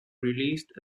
released